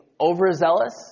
overzealous